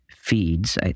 feeds